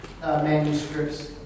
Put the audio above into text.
manuscripts